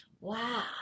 wow